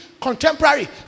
contemporary